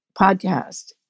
podcast